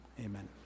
amen